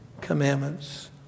commandments